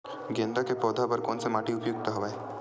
गेंदा के पौधा बर कोन से माटी उपयुक्त हवय?